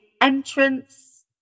entrance